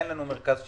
אין לנו מרכז שיקום.